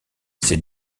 ces